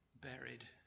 buried